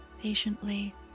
patiently